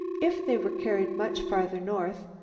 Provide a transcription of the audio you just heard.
if they were carried much farther north,